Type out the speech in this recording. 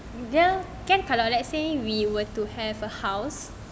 dia kan kalau let's say we were to have a house